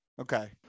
Okay